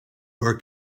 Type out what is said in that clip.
were